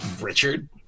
Richard